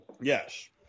Yes